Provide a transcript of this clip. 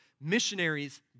Missionaries